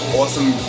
awesome